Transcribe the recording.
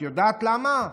את יודעת למה?